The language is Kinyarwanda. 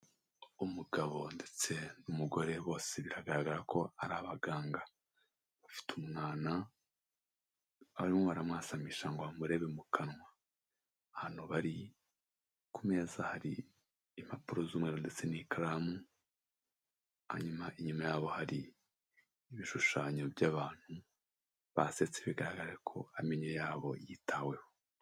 Umugabo ndetse n'umugore bose biragaragara ko ari abaganga bafite umwana barimo baramwasamisha ngo bamurebe mu kanwa, hano bari ku meza hari impapuro z'umweru ndetse n'ikaramu, hanyuma inyuma yabo hari ibishushanyo by'abantu basetse bigaragara ko amenyo yabo yitaweho.